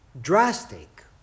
drastic